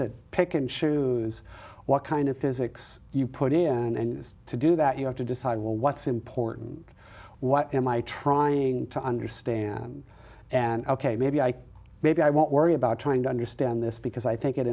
to pick and choose what kind of physics you put in and to do that you have to decide well what's important what am i trying to understand and ok maybe i maybe i won't worry about trying to understand this because i think it